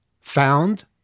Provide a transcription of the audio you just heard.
found